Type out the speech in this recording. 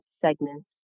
segments